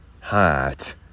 Hot